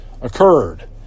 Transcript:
occurred